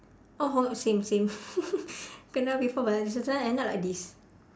oh home same same kena before but at the same time end up like this